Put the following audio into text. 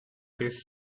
this